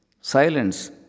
Silence